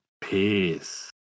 Peace